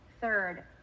Third